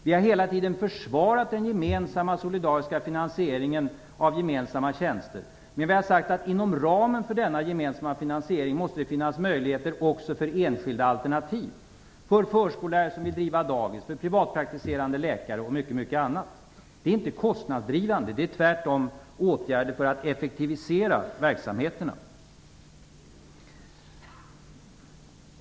Vi har hela tiden försvarat den gemensamma, solidariska finansieringen av gemensamma tjänster. Men vi har sagt att det inom ramen för denna gemensamma finansiering måste finnas möjligheter också för enskilda alternativ - för förskollärare att driva dagis, för privatpraktiserande läkare och mycket annat. Det är inte kostnadsdrivande - det är tvärtom åtgärder för att effektivisera verksamheterna.